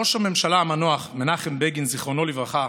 ראש הממשלה המנוח מנחם בגין, זיכרונו לברכה,